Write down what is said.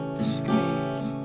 disgrace